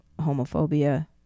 homophobia